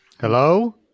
Hello